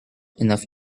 enough